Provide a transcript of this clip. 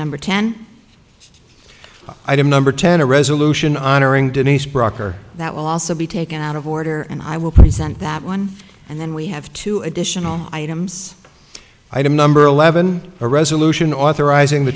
number ten item number ten a resolution honoring denise brucker that will also be taken out of order and i will present that one and then we have two additional items item number eleven a resolution authorizing the